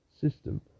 system